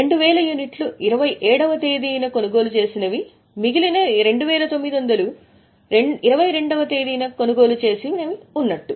2000 యూనిట్లు 27 వ తేదీన కొనుగోలు చేసినవి మిగిలిన 2900 22 వ తేదీన కొనుగోలు చేసినవి ఉన్నట్టు